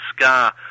scar